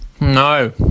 No